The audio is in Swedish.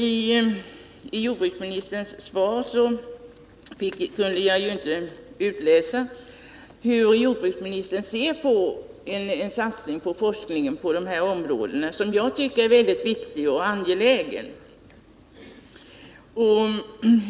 Av jordbruksministerns svar kunde jag inte utläsa hur jordbruksministern ser på en satsning på sådan här forskning, något som jag tycker är väldigt viktigt och angeläget.